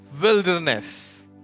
wilderness